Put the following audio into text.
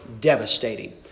devastating